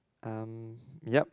um yup